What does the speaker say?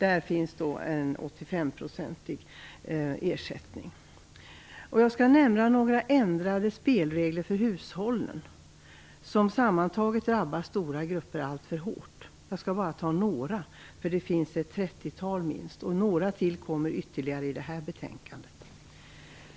Där finns då en Jag skall nämna några ändrade spelregler för hushållen som sammantaget drabbar stora grupper alltför hårt. Jag skall bara ta några. Det finns minst ett trettiotal. Några till kommer ytterligare i det här betänkandet.